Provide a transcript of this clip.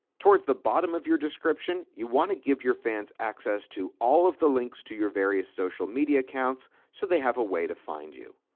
towards the bottom of your description you want to give your fans access to all of the links to your various social media accounts, so they have a way to find you.